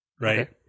right